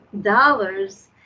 dollars